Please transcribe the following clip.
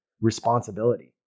responsibility